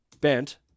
bent